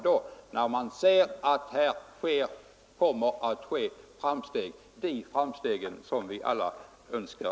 Vi kan ju se att här kommer det att ske framsteg, de framsteg som vi alla önskar.